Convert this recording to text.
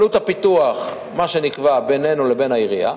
עלות הפיתוח, מה שנקבע בינינו לבין העירייה,